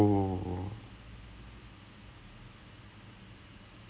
and then and then like அவங்களோடே:avangaloda marketing system தை வந்து:thai vanthu we have to critique